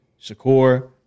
Shakur